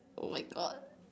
oh my god